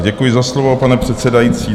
Děkuji za slovo, pane předsedající.